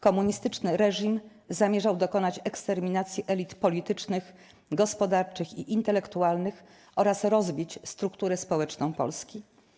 Komunistyczny reżim zamierzał dokonać eksterminacji elit politycznych, gospodarczych i intelektualnych oraz rozbić strukturę społeczną Polski.